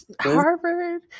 Harvard